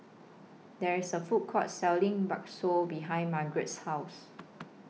There IS A Food Court Selling Bakso behind Margeret's House